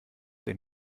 den